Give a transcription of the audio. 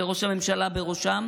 וראש הממשלה בראשה,